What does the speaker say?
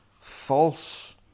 False